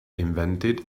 invented